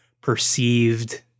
perceived